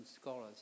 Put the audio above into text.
scholars